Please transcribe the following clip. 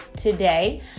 today